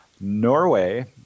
Norway